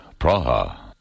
Praha